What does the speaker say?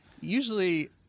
usually